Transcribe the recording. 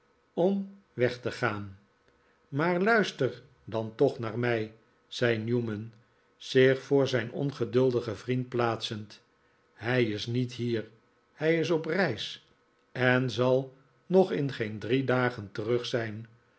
om weg te gaan nikolaas nickleby maar luister dan toch naar mij zei newman zich voor zijn ongeduldigen vriend plaatsend hij is niet hier hij is op reis en zal nog in geen drie dagen terug zijn